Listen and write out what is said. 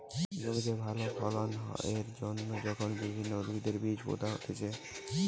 জমিতে ভালো ফলন এর জন্যে যখন বিভিন্ন উদ্ভিদের বীজ পোতা হতিছে